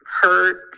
hurt